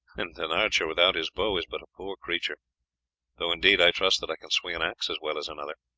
and an archer without his bow is but a poor creature though, indeed, i trust that i can swing an axe as well as another.